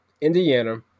Indiana